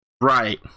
right